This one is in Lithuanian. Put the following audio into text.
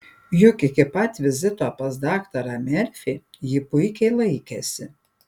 juk iki pat vizito pas daktarą merfį ji puikiai laikėsi